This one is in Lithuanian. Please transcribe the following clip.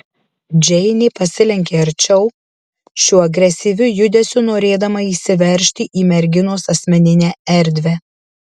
džeinė pasilenkė arčiau šiuo agresyviu judesiu norėdama įsiveržti į merginos asmeninę erdvę